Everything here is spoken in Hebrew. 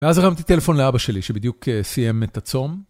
ואז הרמתי טלפון לאבא שלי שבדיוק סיים את הצום.